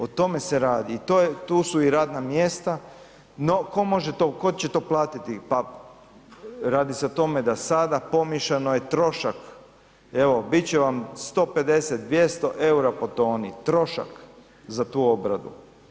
O tome se radi i tu su i radna mjesta no ko će to platiti, pa radi se o tome da sada pomiješano je trošak, evo bit će vam 150, 200 eura po toni, trošak za tu obradu.